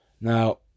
Now